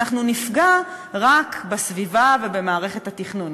אנחנו נפגע רק בסביבה ובמערכת התכנון,